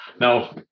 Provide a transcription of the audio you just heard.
Now